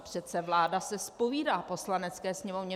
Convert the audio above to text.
Přece vláda se zpovídá Poslanecké sněmovně.